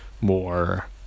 more